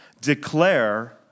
declare